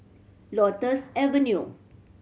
Lotus Avenue